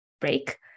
break